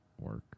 work